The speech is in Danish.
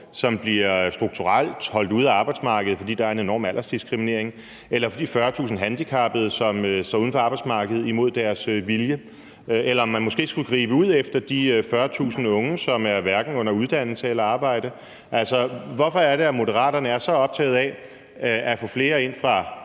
som strukturelt bliver holdt ude af arbejdsmarkedet, fordi der er en enorm aldersdiskriminering, eller for de 40.000 handicappede, som står uden for arbejdsmarkedet imod deres vilje. Eller skulle man måske gribe ud efter de 40.000 unge, som hverken er under uddannelse eller i arbejde? Altså, hvorfor er det, at Moderaterne er så optaget af at få flere ind fra